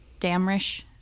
Damrish